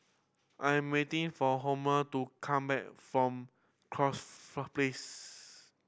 I'm waiting for Homer to come back from Corfe Place